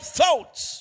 thoughts